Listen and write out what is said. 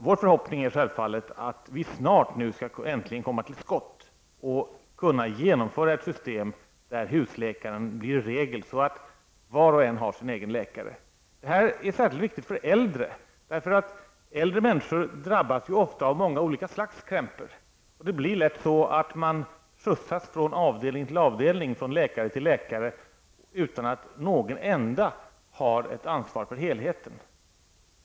Vår förhoppning är självfallet att vi nu snart skall kunna komma till skott och kunna genomföra ett system där husläkaren blir regel så att var och en har sin egen läkare. Detta är särskilt viktigt för äldre människor. Äldre människor drabbas ofta av många olika slags krämpor. Det blir lätt så att de slussas från avdelning till avdelning och från läkare till läkare utan att någon har ett ansvar för helheten.